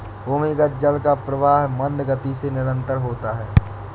भूमिगत जल का प्रवाह मन्द गति से निरन्तर होता है